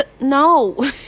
no